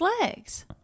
legs